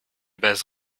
base